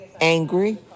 angry